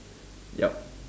yup